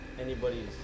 anybody's